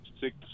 six